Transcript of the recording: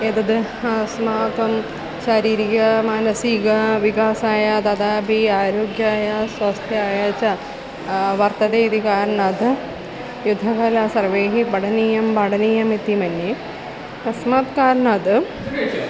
एतत् अस्माकं शरीरीकमानसिक विकासाय तथापि आरोग्याय स्वस्थ्याय च वर्तते इति कारणात् युद्धकला सर्वैः पठनीयं पाठनीयमिति मन्ये तस्मात् कारणात्